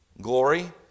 glory